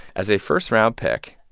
as a first-round pick,